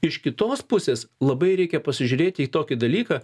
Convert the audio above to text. iš kitos pusės labai reikia pasižiūrėti į tokį dalyką